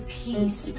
peace